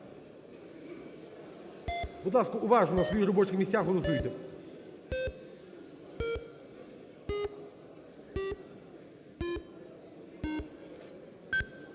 Будь ласка, уважно на своїх робочих місцях голосуйте.